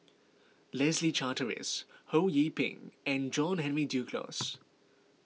Leslie Charteris Ho Yee Ping and John Henry Duclos